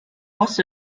was